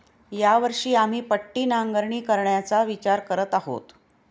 या वर्षी आम्ही पट्टी नांगरणी करायचा विचार करत आहोत